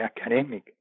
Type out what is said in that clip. academic